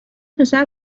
پسر